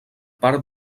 part